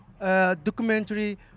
documentary